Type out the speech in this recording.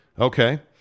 Okay